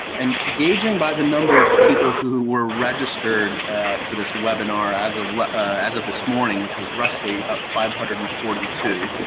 and gauging by the number of people who were registered for this webinar as of as of this morning, which was roughly about five hundred and forty two,